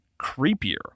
creepier